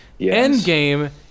Endgame